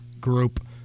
group